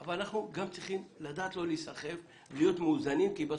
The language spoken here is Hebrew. אבל אנחנו גם צריכים לדעת לא להיסחף ולהיות מאוזנים כי בסוף,